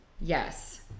Yes